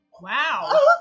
Wow